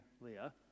Leah